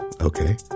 Okay